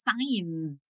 signs